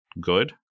good